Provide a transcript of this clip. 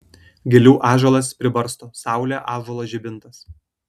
gilių ąžuolas pribarsto saulė ąžuolo žibintas